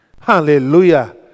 Hallelujah